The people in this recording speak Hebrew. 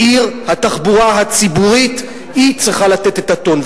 התחבורה הציבורית צריכה לתת את הטון,